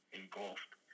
engulfed